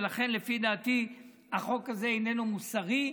ולכן לפי דעתי החוק הזה איננו מוסרי.